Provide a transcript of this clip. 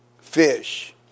fish